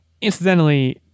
incidentally